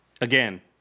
again